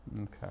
Okay